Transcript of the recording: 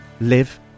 live